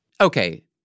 Okay